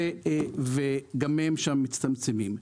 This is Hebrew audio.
וגם הם שם מצטמצמים.